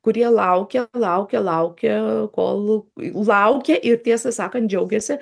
kurie laukia laukia laukia kol laukia ir tiesą sakant džiaugiasi